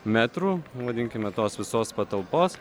metrų vadinkime tos visos patalpos